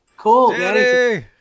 cool